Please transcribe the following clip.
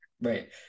right